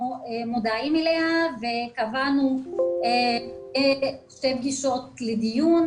מודעים אליה וקבענו שתי פגישות לדיון,